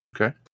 Okay